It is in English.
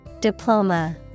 Diploma